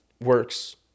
works